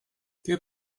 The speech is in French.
que